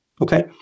okay